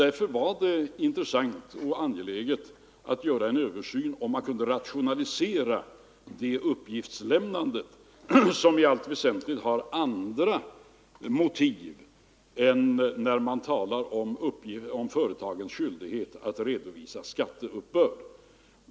Därför var det intressant och angeläget att göra en översyn för att se om man kunde rationalisera det uppgiftslämnande som i allt väsentligt har andra motiv än det man syftar på när man talar om företagens skyldighet att redovisa skatteuppbörd.